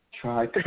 Try